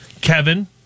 Kevin